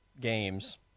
games